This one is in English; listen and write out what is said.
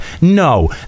no